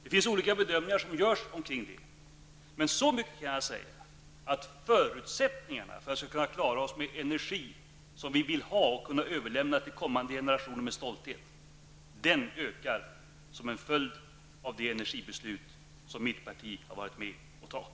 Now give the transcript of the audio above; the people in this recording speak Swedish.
Det görs olika bedömningar kring detta, men så mycket kan jag säga att förutsättningarna för att vi skall kunna klara oss med en energi som vi vill ha och kan överlämna till kommande generationer med stolthet, ökar som en följd av det energibeslut som mitt parti har varit med om att fatta.